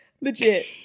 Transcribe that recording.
Legit